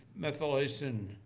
methylation